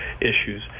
issues